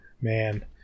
man